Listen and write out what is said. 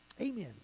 Amen